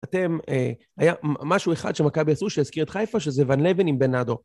אתם, היה משהו אחד שמכבי עשו שהזכיר את חיפה, שזה ואן לוון עם בנאדו.